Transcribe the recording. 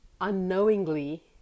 unknowingly